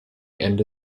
ende